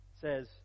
says